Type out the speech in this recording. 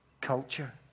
culture